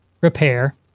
repair